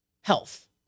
health